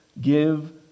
give